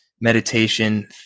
Meditation